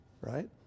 Right